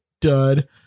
dud